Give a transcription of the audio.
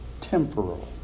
temporal